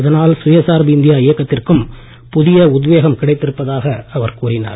இதனால் சுயசார்பு இந்தியா இயக்கத்திற்கும் புதிய உத்வேகம் கிடைத்திருப்பதாக அவர் கூறினார்